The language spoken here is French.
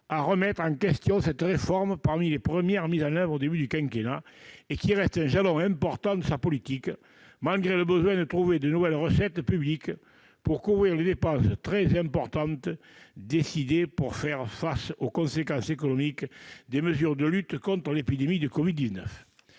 à remettre en question cette réforme, parmi les premières mises en oeuvre au début du quinquennat et qui reste un jalon important de sa politique, malgré le besoin de trouver de nouvelles recettes publiques pour couvrir les dépenses très importantes décidées pour faire face aux conséquences économiques des mesures de lutte contre l'épidémie de Covid-19.